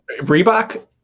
Reebok